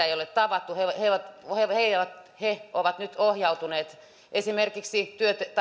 ei ole aiemmin tavattu he ovat nyt ohjautuneet esimerkiksi